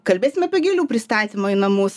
kalbėsim apie gėlių pristatymą į namus